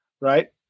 right